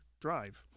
drive